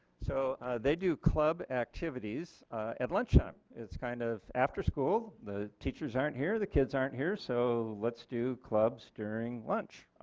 so they do club activities at lunchtime. it is kind of after school the teachers aren't here, the kids aren't here so let's do clubs during lunch.